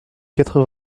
quatre